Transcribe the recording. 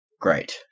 great